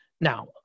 Now